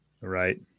right